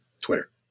Twitter